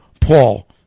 Paul